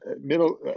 middle